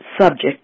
subject